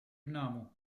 dynamo